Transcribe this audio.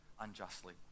unjustly